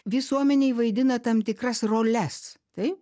visuomenėj vaidina tam tikras roles taip